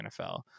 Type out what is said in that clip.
NFL